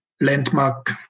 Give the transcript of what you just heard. landmark